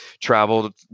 traveled